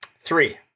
Three